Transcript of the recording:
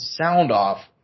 SOUNDOFF